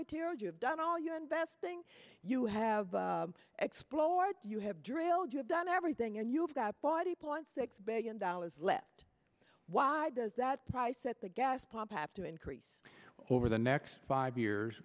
material you've done all your investing you have explored you have drilled you have done everything and you've got a body point six billion dollars left why does that price at the gas pump have to increase over the next five years